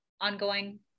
ongoing